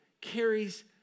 carries